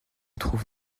trouve